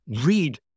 read